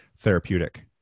Therapeutic